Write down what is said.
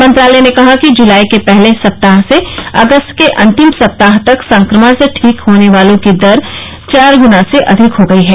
मंत्रालय ने कहा कि जुलाई के पहले सप्ताह से अगस्त के अंतिम सप्ताह तक संक्रमण से ठीक होने वालों की संख्या चार गना से अधिक हो गई है